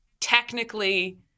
Technically